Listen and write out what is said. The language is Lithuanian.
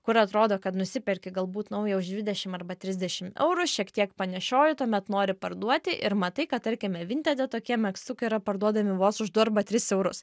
kur atrodo kad nusiperki galbūt naują už dvidešim arba trisdešim eurų šiek tiek panešioji tuomet nori parduoti ir matai kad tarkime vintede tokie megztukai yra parduodami vos už du arba tris eurus